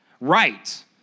right